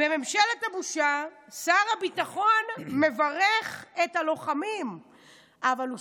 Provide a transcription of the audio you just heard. בממשלת הבושה שר הביטחון מברך את הלוחמים אבל הוא